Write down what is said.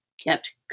kept